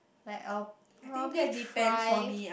like I will probably try